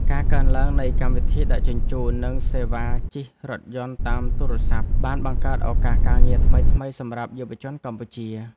ការកើនឡើងនៃកម្មវិធីដឹកជញ្ជូន និងសេវាជិះរថយន្តតាមទូរស័ព្ទបានបង្កើតឱកាសការងារថ្មីៗសម្រាប់យុវជនកម្ពុជា។